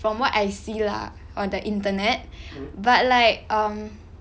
from what I see lah on the internet but like um